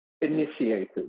initiated